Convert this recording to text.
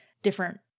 different